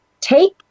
take